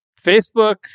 Facebook